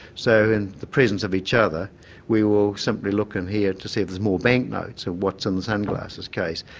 so in the presence of each other we will simply look in here to see if there's more banknotes so what's in the sunglasses case?